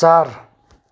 चार